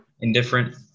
indifferent